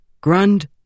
Grund